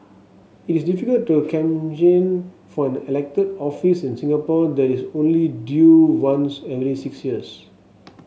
it is difficult to for an elected office in Singapore that is only due once every six years